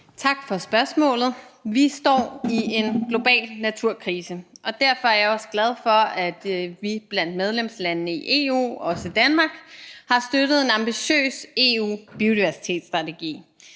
Tak for spørgsmålet. Vi står i en global naturkrise, og derfor er jeg også glad for, at vi blandt medlemslandene i EU også i Danmark har støttet en ambitiøs EU-biodiversitetsstrategi,